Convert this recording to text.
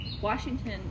Washington